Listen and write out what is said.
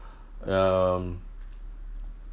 um